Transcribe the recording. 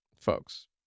Folks